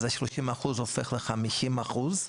אז ה-30 אחוז הופך ל-50 אחוז.